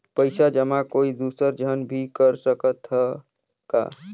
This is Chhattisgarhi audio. पइसा जमा कोई दुसर झन भी कर सकत त ह का?